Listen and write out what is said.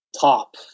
top